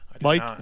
Mike